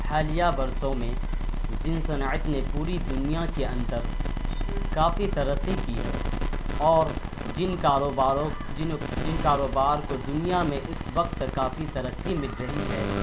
حالیہ برسوں میں جن صنعت نے پوری دنیا کے اندر کافی ترقی کی ہے اور جن کاروباروں جن جن کاروبار کو دنیا میں اس وقت کافی ترقی مل رہی ہے